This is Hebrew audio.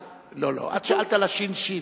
לא, את שאלת על הש"ש.